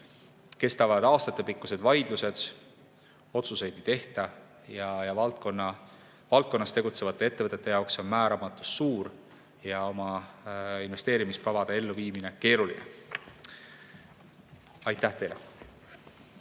Kestavad aastatepikkused vaidlused, otsuseid ei tehta ning valdkonnas tegutsevate ettevõtete jaoks on määramatus suur ja oma investeerimiskavade elluviimine keeruline. Aitäh teile!